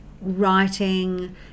writing